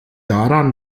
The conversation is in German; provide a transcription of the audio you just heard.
daran